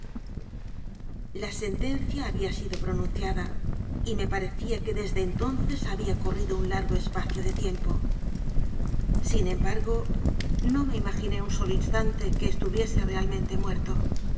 la sentencia había sido pronunciada y me parecía que desde entonces había corrido un largo espacio de tiempo sin embargo no me imaginé un solo instante que estuviese realmente muerto